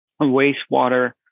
wastewater